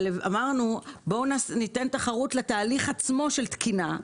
אמרנו שניתן תחרות לתהליך של התקינה,